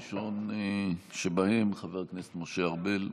ראשון שבהם, חבר הכנסת משה ארבל.